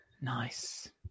Nice